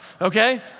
Okay